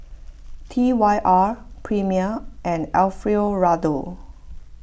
T Y R Premier and Alfio Raldo